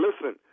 listen